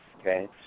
okay